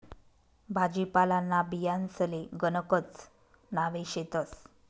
भाजीपालांना बियांसले गणकच नावे शेतस